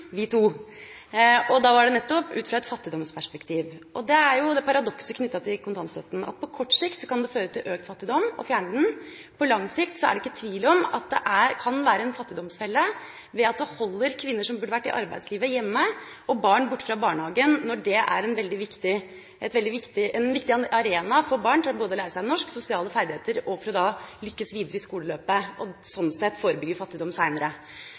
Da var det nettopp ut fra et fattigdomsperspektiv. Et paradoks knyttet til kontantstøtten er at det på kort sikt kan føre til økt fattigdom å fjerne den, og at det på lang sikt ikke er tvil om at det kan være en fattigdomsfelle: Den holder kvinner som burde ha vært i arbeidslivet, hjemme, og den holder barn borte fra barnehagen, som er en veldig viktig arena for barn med hensyn til å lære seg både norsk og sosiale ferdigheter, slik at de lykkes videre i skoleløpet og sånn sett forebygger fattigdom